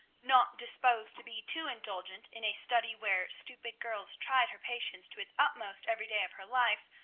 not disposed to be too indulgent in a study where stupid girls tried her patience to its utmost every day of her life,